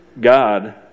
God